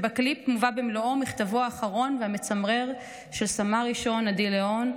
ובקליפ מובא במלואו מכתבו האחרון והמצמרר של סמל ראשון עדי ליאון,